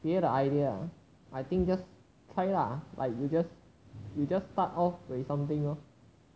别的 idea ah I think just try lah like you just you just start of with something lor